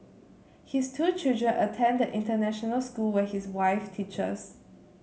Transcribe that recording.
his two children attend the international school where his wife teaches